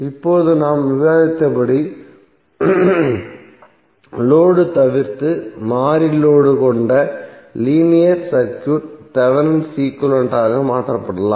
இப்போது நாம் விவாதித்தபடி லோடு தவிர்த்து மாறி லோடு கொண்ட லீனியர் சர்க்யூட் தேவெனின் ஈக்விவலெண்ட் ஆக மாற்றப்படலாம்